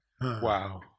Wow